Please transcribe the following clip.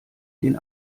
den